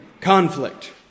conflict